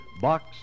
Box